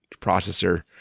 processor